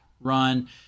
run